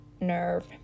nerve